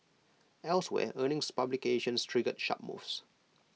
elsewhere earnings publications triggered sharp moves